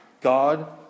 God